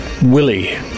Willie